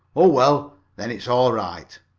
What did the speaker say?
oh, well, then it is all right.